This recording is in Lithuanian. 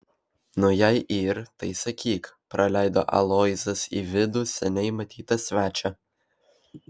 nu jei yr tai sakyk praleido aloyzas į vidų seniai matytą svečią